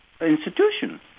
institution